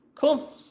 Cool